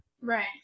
Right